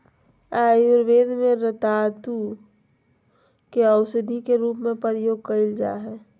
आयुर्वेद में रतालू के औषधी के रूप में प्रयोग कइल जा हइ